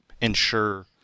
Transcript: ensure